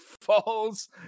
falls